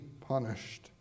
punished